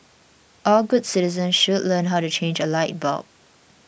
all good citizens should learn how to change a light bulb